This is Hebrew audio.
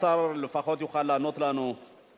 אדוני סגן היושב-ראש, נא לעלות לדוכן הנואמים.